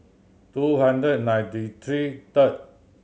two hundred and ninety three third